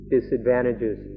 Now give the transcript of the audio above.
disadvantages